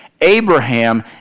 Abraham